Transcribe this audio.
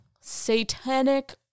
satanic